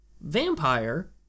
Vampire